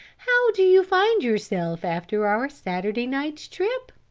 how do you find yourself after our saturday night's trip?